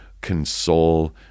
console